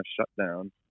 shutdown